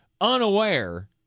unaware